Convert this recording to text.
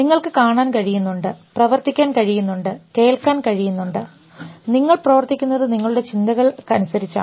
നിങ്ങൾക്ക് കാണാൻ കഴിയുന്നുണ്ട് പ്രവർത്തിക്കാൻ കഴിയുന്നുണ്ട് കേൾക്കാൻ കഴിയുന്നുണ്ട് നിങ്ങൾ പ്രവർത്തിക്കുന്നത് നിങ്ങളുടെ ചിന്തകൾ അനുസരിച്ചാണ്